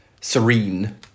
serene